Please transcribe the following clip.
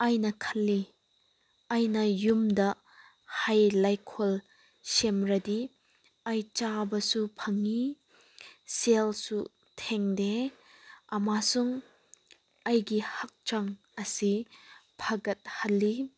ꯑꯩꯅ ꯈꯜꯂꯤ ꯑꯩꯅ ꯌꯨꯝꯗ ꯍꯩ ꯂꯩꯀꯣꯜ ꯁꯦꯝꯂꯗꯤ ꯑꯩ ꯆꯥꯕꯁꯨ ꯐꯪꯉꯤ ꯁꯦꯜꯁꯨ ꯇꯤꯡꯗꯦ ꯑꯃꯁꯨꯡ ꯑꯩꯒꯤ ꯍꯛꯆꯥꯡ ꯑꯁꯤ ꯐꯒꯠꯍꯜꯂꯤ